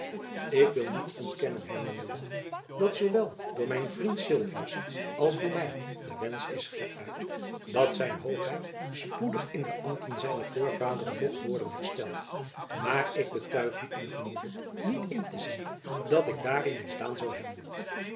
ik wil niet ontkennen hernam buat dat zoowel door mijn vriend sylvius als door my de wensch is gëuit dat zijn hoogheid spoedig in de ambten zijner voorvaderen mocht worden hersteld maar ik betuig u in gemoede niet in te zien dat ik daarin misdaan zoû hebben